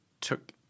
took